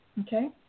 Okay